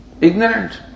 ignorant